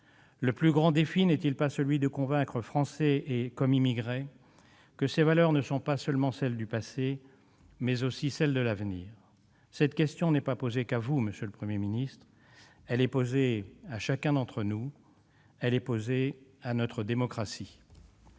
Le plus grand défi n'est-il pas de convaincre Français comme immigrés que ces valeurs sont non seulement celles du passé, mais aussi celles de l'avenir ? Cette question n'est pas posée qu'à vous, monsieur le Premier ministre, elle est posée à chacun d'entre nous. Elle est posée à notre démocratie